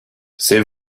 c’est